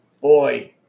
Boy